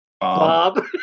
Bob